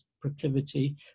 proclivity